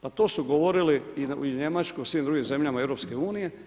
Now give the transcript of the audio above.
Pa to su govorili i u Njemačkoj i u svim drugim zemljama EU.